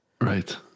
Right